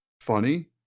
funny